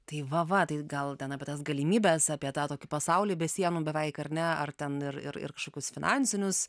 tai va va tai gal ten apie tas galimybes apie tą tokį pasaulį be sienų beveik ar ne ar ten ir ir kažkokius finansinius